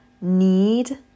need